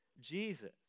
Jesus